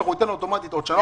הוא ייתן לו אוטומטית עוד שנה,